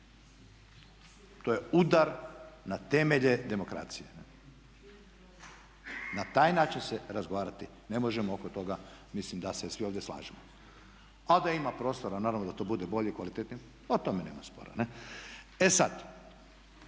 To je udar na temelje demokracije. Na taj način se razgovarati ne možemo. Oko toga mislim da se svi ovdje slažemo. A da ima prostora naravno da to bude bolje i kvalitetnije o tome nema spora. Ne? E sad,